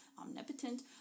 omnipotent